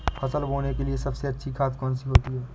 फसल बोने के लिए सबसे अच्छी खाद कौन सी होती है?